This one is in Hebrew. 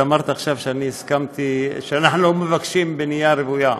את אמרת עכשיו שאנחנו לא מבקשים בנייה רוויה.